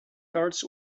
cards